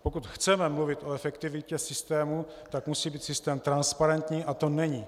Pokud chceme mluvit o efektivitě systému, tak musí být systém transparentní, a to není.